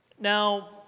Now